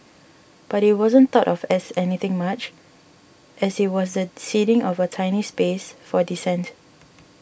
but it wasn't thought of as anything much as it was the ceding of a tiny space for dissent